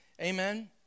Amen